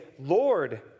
Lord